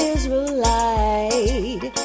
Israelite